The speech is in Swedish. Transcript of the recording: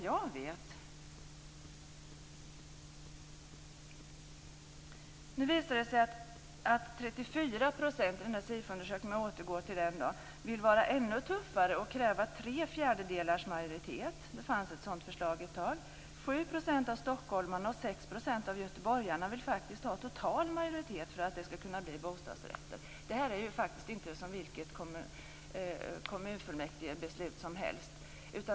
Jag skall återgå till den här SIFO-undersökningen. Det visar sig att 34 % vill vara ännu tuffare och ha tre fjärdedelars majoritet; det har funnits ett sådant förslag. 7 % av stockholmarna och 6 % av göteborgarna vill faktiskt att det skall vara en total majoritet för att det skall kunna bli bostadsrätter. Det här är faktiskt inte som vilket kommunfullmäktigebeslut som helst.